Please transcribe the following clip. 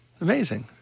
amazing